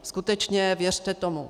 Skutečně, věřte tomu.